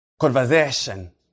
conversation